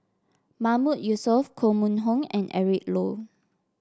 Mahmood Yusof Koh Mun Hong and Eric Low